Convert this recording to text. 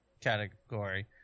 category